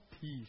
peace